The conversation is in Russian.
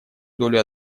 долю